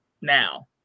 now